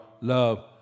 love